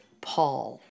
Paul